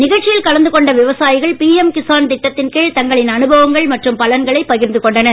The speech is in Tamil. நிகழ்ச்சியில்கலந்துகொண்டவிவசாயிகள் பிஎம்கிசான்திட்டத்தின்கீழ் தங்களின்அனுபவங்கள்மற்றும்பலன்களைபகிர்ந்துகொண்டனர்